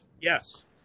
Yes